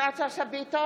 יפעת שאשא ביטון,